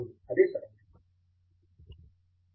professor Andrew Thangaraj అవును అదే సరైనది